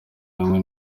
hamwe